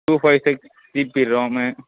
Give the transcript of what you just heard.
two five six GB ROM